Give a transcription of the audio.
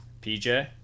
PJ